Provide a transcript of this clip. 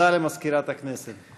ודעה למזכירת הכנסת.